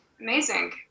Amazing